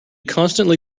constantly